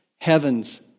heaven's